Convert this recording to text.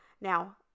Now